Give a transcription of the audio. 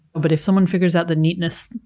but if someone figures out the neatness